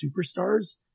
superstars